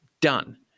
done